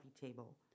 Table